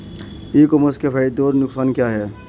ई commerce के फायदे और नुकसान क्या हैं?